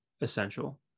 essential